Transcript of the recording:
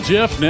Jeff